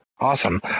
Awesome